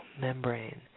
membrane